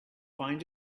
find